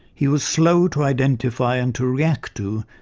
he was slow to identify, and to react to,